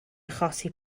achosi